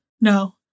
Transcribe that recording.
No